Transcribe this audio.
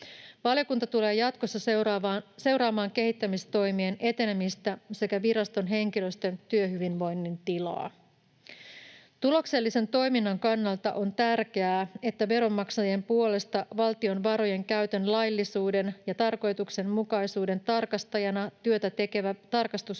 Valiokunta tulee jatkossa seuraamaan kehittämistoimien etenemistä sekä viraston henkilöstön työhyvinvoinnin tilaa. Tuloksellisen toiminnan kannalta on tärkeää, että veronmaksajien puolesta valtion varojen käytön laillisuuden ja tarkoituksenmukaisuuden tarkastajana työtä tekevä tarkastusviraston